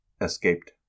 escaped